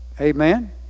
Amen